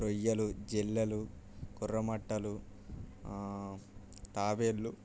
రొయ్యలు జెల్లలు కొర్రమట్టలు తాబేళ్ళు